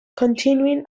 continuing